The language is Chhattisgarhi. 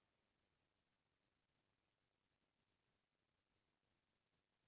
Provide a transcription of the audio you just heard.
कोन बेरा म उनहारी डाले म अच्छा होही?